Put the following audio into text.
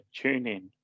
TuneIn